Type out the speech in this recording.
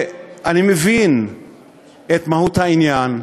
אני מבין את מהות העניין,